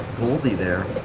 moody there,